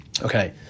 Okay